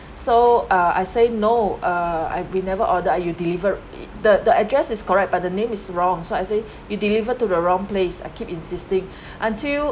so uh I say no err I we never order ah you delivered the address is correct but the name is wrong so I say you delivered to the wrong place I keep insisting until